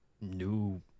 new